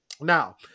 Now